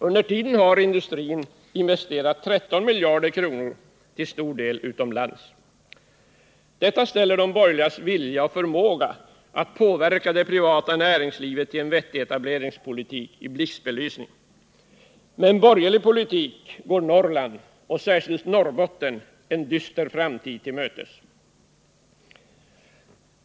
Under tiden har industrin investerat 13 miljarder kronor, till stor del utomlands. Detta ställer de borgerligas vilja och förmåga att påverka det privata näringslivet till en vettig etableringspolitik i blixtbelysning. Med en borgerlig politik går Norrland och särskilt Norrbotten en dyster framtid till mötes.